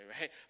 right